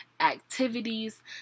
activities